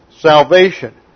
salvation